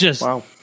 Wow